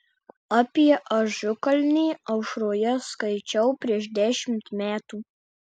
apie ažukalnį aušroje skaičiau prieš dešimt metų